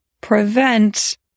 prevent